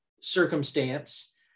circumstance